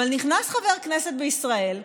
נכנס חבר כנסת בישראל ואומר: